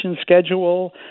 schedule